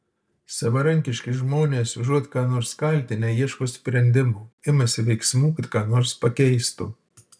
savarankiški žmonės užuot ką nors kaltinę ieško sprendimų imasi veiksmų kad ką nors pakeistų